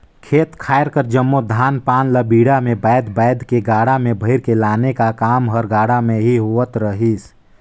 खेत खाएर कर जम्मो धान पान ल बीड़ा मे बाएध बाएध के गाड़ा मे भइर के लाने का काम हर गाड़ा मे ही होवत रहिस